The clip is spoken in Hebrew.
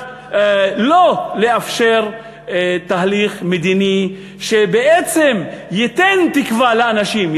לא לאפשר תהליך מדיני שבעצם ייתן תקווה לאנשים.